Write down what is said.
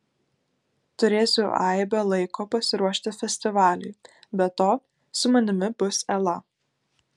turėsiu aibę laiko pasiruošti festivaliui be to su manimi bus ela